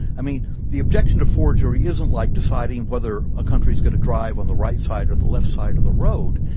i mean the objection to forgery isn't like deciding whether a country's got to drive on the right side or the left side of the road.